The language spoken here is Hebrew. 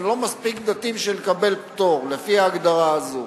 אני לא מספיק דתי בשביל לקבל פטור לפי ההגדרה הזו.